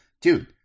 Dude